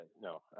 no